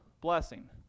blessing